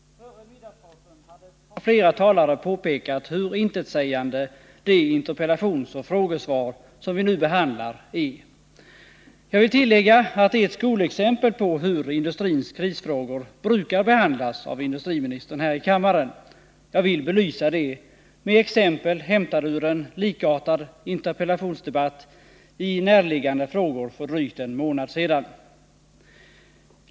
Fru talman! Före middagspausen har flera talare påpekat hur intetsägande det interpellationsoch frågesvar som vi nu behandlar är. Jag vill tillägga att det är ett skolexempel på hur industrins krisfrågor brukar behandlas av industriministern här i kammaren. Jag vill belysa det med exempel hämtade ur en likartad interpellationsdebatt i närliggande frågor för drygt en månad sedan.